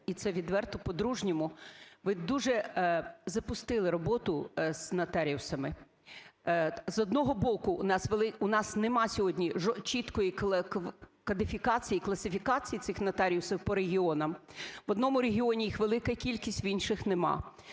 і це відверто, по-дружньому – ви дуже запустили роботу з нотаріусами. З одного боку, в нас нема сьогодні чіткої кодифікації і класифікації цих нотаріусів по регіонах: в одному регіоні їх велика кількість, в інших нема.